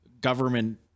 government